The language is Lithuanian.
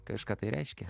kažką tai reiškia